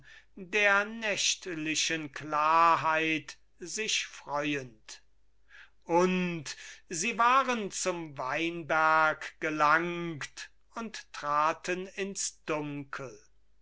der nächtlichen klarheit sich freuend und sie waren zum weinberg gelangt und traten ins dunkel